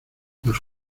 nos